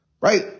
right